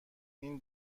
این